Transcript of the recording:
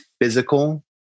physical